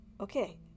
okay